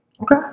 Okay